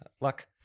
Luck